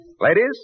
Ladies